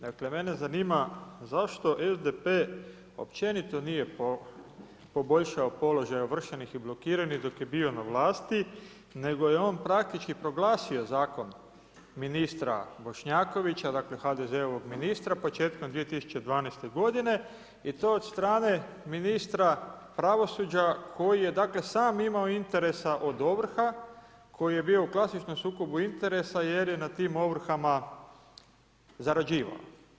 Dakle mene zanima zašto SDP općenito nije poboljšao položaj ovršenih i blokiranih dok je bio na vlasti nego je on praktički proglasio zakon ministra Bošnjakovića dakle HDZ-ovog ministra početkom 2012. godine i to od strane ministra pravosuđa koji je dakle sam imao interesa od ovrha koji je bio u klasičnom sukobu interesa jer je na tim ovrhama zarađivao.